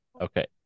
Okay